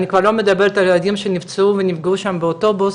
אני כבר לא מדברת על הילדים שנפצעו ונפגעו שם באוטובוס